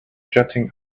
jetting